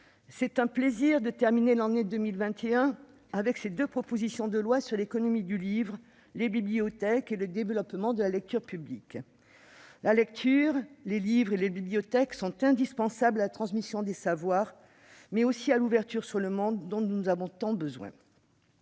c'est un plaisir de terminer l'année 2021 avec ces deux propositions de loi sur, d'une part, l'économie du livre et, d'autre part, les bibliothèques et le développement de la lecture publique. La lecture, les livres et les bibliothèques sont indispensables à la transmission des savoirs, mais aussi à l'ouverture sur le monde dont nous avons tant besoin.